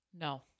No